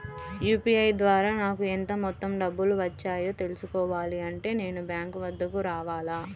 UPI ద్వారా నాకు ఎంత మొత్తం డబ్బులు వచ్చాయో తెలుసుకోవాలి అంటే నేను బ్యాంక్ వద్దకు రావాలా?